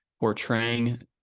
portraying